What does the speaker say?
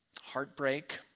Heartbreak